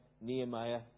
Nehemiah